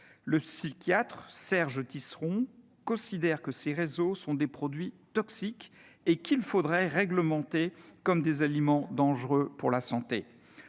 Le psychiatre Serge Tisseron considère que ces réseaux sont des produits toxiques, et qu'il faudrait les réglementer comme des aliments dangereux pour la santé.